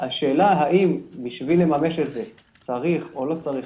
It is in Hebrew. השאלה האם בשביל לממש את זה צריך או לא צריך,